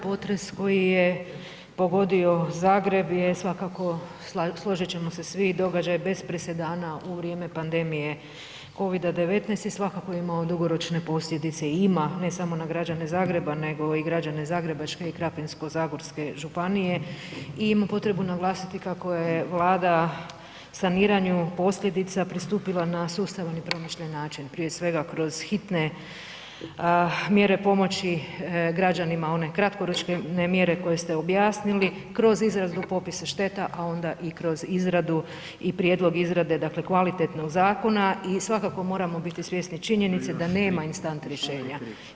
Potres koji je pogodio Zagreb je svakako, složit ćemo se vi, događaj bez presedana u vrijeme pandemije Covida-19 i svakako je imao dugoročne posljedice i ima, ne samo na građane Zagreba nego i građane Zagrebačke i Krapinsko-zagorske županije i imam potrebu naglasiti kako je Vlada saniranju posljedica pristupila na sustav i promišljen način, prije svega kroz hitne mjere pomoći građanima, one kratkoročne mjere koje ste objasnili, kroz izradu popisa šteta, a onda i kroz izradu i prijedlog izrade, dakle, kvalitetnog zakona i svakako moramo biti svjesni činjenice da nema instant rješenja.